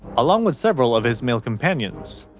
along with several of his male companions.